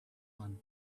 one